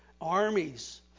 armies